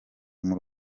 muri